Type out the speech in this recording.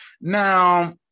Now